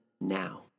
now